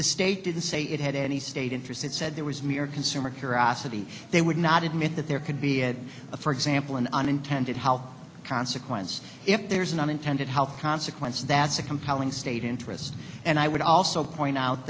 the state didn't say it had any state interest it said there was mere consumer curiosity they would not admit that there could be a for example an unintended how consequence if there's an unintended health consequences that's a compelling state interest and i would also point out